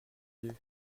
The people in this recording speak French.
deux